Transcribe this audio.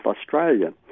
Australia